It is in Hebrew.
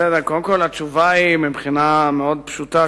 התשובה היא מאוד פשוטה,